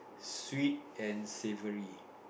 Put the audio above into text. sweet and savoury